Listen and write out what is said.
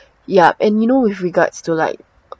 yup and you know with regards to like